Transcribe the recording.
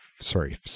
Sorry